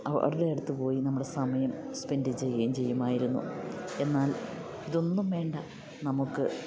അവരുടെ അടുത്ത് പോയി നമ്മള് സമയം സ്പെൻഡ് ചെയ്യുകയും ചെയ്യുമായിരുന്നു എന്നാൽ ഇതൊന്നും വേണ്ട നമുക്ക്